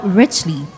richly